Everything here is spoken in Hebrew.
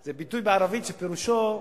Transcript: זה ביטוי בערבית שפירושו,